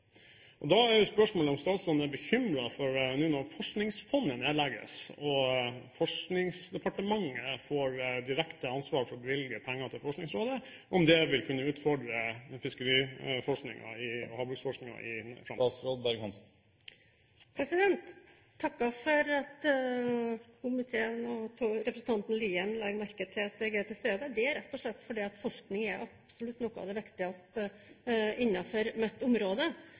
Da er spørsmålet: Er statsråden bekymret for – nå som Forskningsfondet nedlegges og Forskningsdepartementet får direkte ansvar for å bevilge penger til Forskningsrådet – at det vil kunne utfordre havbruksforskningen i framtiden? Jeg takker for at komiteen og representanten Lien legger merke til at jeg er til stede. Det er rett og slett fordi forskning er absolutt noe av det viktigste innenfor mitt område.